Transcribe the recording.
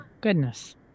goodness